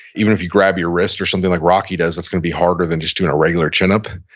even if you grab your wrist or something, like rocky does, it's gonna be harder than just doing a regular chin-up.